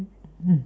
mm